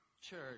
Church